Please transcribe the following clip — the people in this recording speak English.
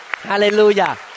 Hallelujah